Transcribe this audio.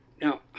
Now